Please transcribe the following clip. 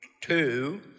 two